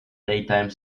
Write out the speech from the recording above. daytime